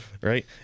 right